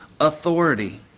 authority